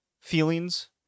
feelings